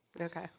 Okay